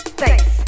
face